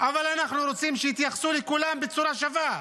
אבל אנחנו רוצים שיתייחסו לכולם בצורה שווה.